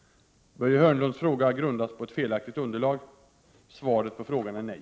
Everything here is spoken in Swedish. Börje Hörnlunds fråga grundas på ett felaktigt underlag. Svaret på frågan är nej.